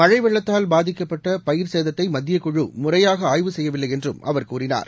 மழைவெள்ளத்தால் பாதிக்கப்பட்டபயிர் சேதத்தைமத்தியக் முறையாகஆய்வு குழு செய்யவில்லைஎன்றும் அவர் கூறினார்